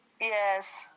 yes